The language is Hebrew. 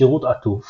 שירות עטוף